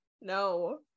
no